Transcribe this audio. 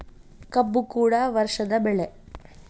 ಕಬ್ಬು ಕೂಡ ವರ್ಷದ ಬೆಳೆ